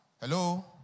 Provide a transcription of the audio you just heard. Hello